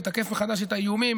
תתקף מחדש את האיומים,